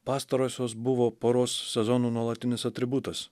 pastarosios buvo poros sezonų nuolatinis atributas